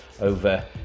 over